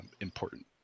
important